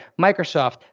Microsoft